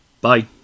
Bye